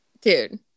Dude